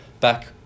back